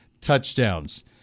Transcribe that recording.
touchdowns